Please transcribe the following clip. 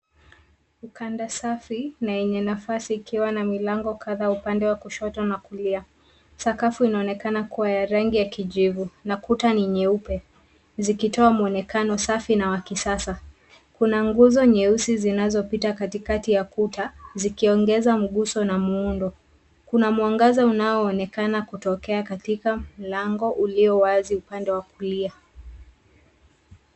Ukanda safi na yenye nafasi ikiwa na milango kadha upande wa kushoto na kulia. Sakafu inaonekana kuwa ya rangi ya kijivu na kuta ni nyeupe, zikitoa muonekano safi na wa kisasa. Kuna nguzo nyeusi zinazopita katikati ya kuta, zikiongeza mguso na muundo. Kuna mwangaza unaonekana kutokea katika mlango ulio wazi upande wa kulia.